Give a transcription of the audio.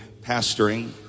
pastoring